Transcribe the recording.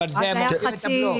אז הייתה 50 אגורות.